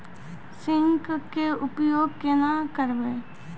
Zinc के उपयोग केना करये?